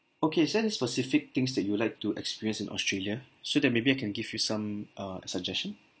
okay is there any specific things that you would like to experience in australia so that maybe I can give you some uh suggestion